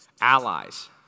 allies